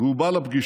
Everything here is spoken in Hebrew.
והוא בא לפגישה,